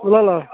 ल ल